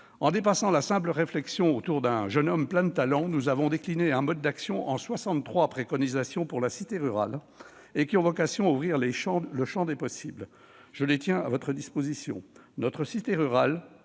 En dépassant la simple réflexion, autour d'un jeune homme plein de talent, nous avons décliné un mode d'action en soixante-trois préconisations pour la cité rurale. Elles ont vocation à ouvrir le champ des possibles. Je les tiens à votre disposition. Notre cité rurale,